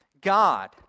god